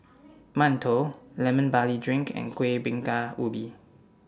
mantou Lemon Barley Drink and Kueh Bingka Ubi